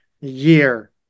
year